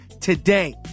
today